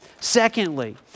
Secondly